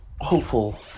hopeful